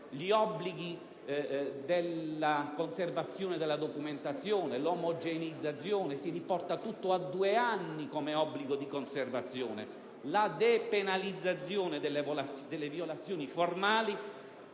gli obblighi della conservazione della documentazione e di omogeneizzazione (si riporta tutto a due anni come obbligo di conservazione); la depenalizzazione delle violazioni formali